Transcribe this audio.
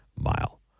mile